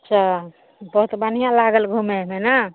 अच्छा बहूत बढ़ियाँ लागल घूमेमे ने